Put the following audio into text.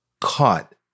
caught